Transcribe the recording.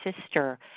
sister